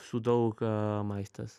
su daug maistas